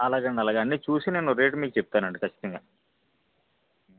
అలాగే అండి అలాగే అన్ని చూసి నేను రేట్ మీకు చెప్తానండి ఖచ్చితంగా